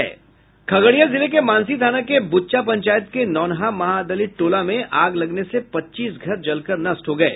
खगड़िया जिले के मानसी थाना के बुच्चा पंचायत के नौनहा महादलित टोला में आग लगने से पच्चीस घर जलकर नष्ट हो गये